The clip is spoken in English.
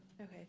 Okay